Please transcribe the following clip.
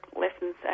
lessons